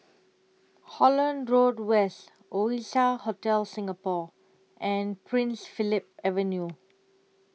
Holland Road West Oasia Hotel Singapore and Prince Philip Avenue